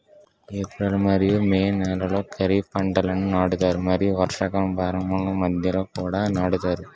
April మరియు May నెలలో ఖరీఫ్ పంటలను నాటుతారు మరియు వర్షాకాలం ప్రారంభంలో మధ్యలో కూడా నాటుతారు